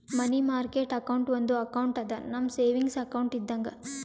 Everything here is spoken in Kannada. ಮನಿ ಮಾರ್ಕೆಟ್ ಅಕೌಂಟ್ ಒಂದು ಅಕೌಂಟ್ ಅದಾ, ನಮ್ ಸೇವಿಂಗ್ಸ್ ಅಕೌಂಟ್ ಇದ್ದಂಗ